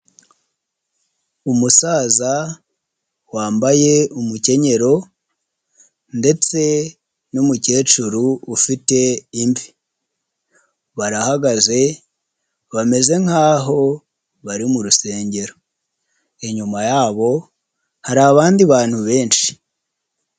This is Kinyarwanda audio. Umusaza wambaye umukenyero ndetse n'umukecuru ufite imvi barahagaze bameze nk'aho bari mu rusengero, inyuma yabo hari abandi bantu benshi.